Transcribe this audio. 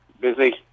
Busy